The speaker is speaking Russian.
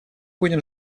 будем